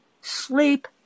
sleep